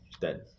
Dead